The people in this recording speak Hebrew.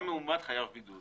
גם מאומת חייב בידוד